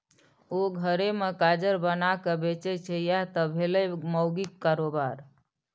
ओ घरे मे काजर बनाकए बेचय छै यैह त भेलै माउगीक कारोबार